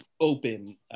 open